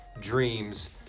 dreams